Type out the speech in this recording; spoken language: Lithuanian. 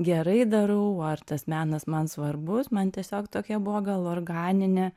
gerai darau ar tas menas man svarbus man tiesiog tokia buvo gal organinė